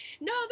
no